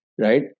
right